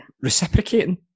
Reciprocating